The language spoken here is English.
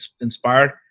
inspired